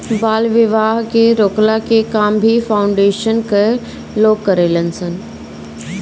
बाल विवाह के रोकला के काम भी फाउंडेशन कअ लोग करेलन सन